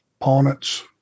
opponents